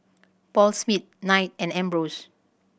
Paul Smith Knight and Ambros